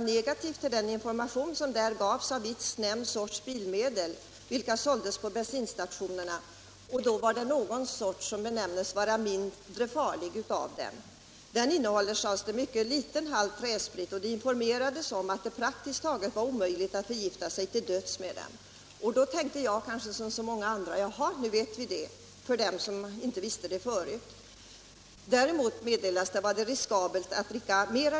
Där gavs information om att viss nämnd sorts bilmedel som såldes på bensinstationerna var den minst farliga. Den innehåller, sades det, mycket liten halt träsprit. Det angavs att det praktiskt taget var omöjligt att förgifta sig till döds med den. Jag reagerade mycket starkt på detta och tänkte, kanske i likhet med många andra: Jaha, nu vet vi det. Det var en upplysning för den som inte visste det tidigare! Däremot var det, meddelades det, mera